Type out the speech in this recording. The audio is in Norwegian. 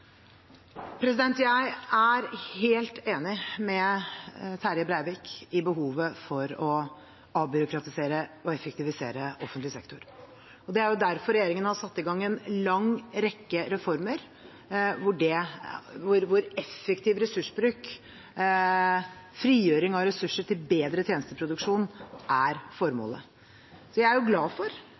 Jeg er helt enig med Terje Breivik i behovet for å avbyråkratisere og effektivisere offentlig sektor. Det er derfor regjeringen har satt i gang en lang rekke reformer hvor effektiv ressursbruk og frigjøring av ressurser til bedre tjenesteproduksjon er målet. Så jeg er glad for